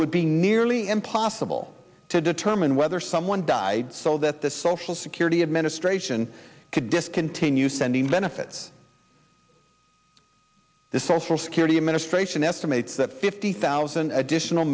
would be nearly impossible to determine whether someone died so that the social security administration could discontinue sending benefits the social security administration estimates that fifty thousand additional